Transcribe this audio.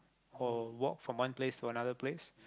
for walk from one place to another place